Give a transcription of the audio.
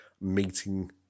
meeting